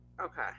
Okay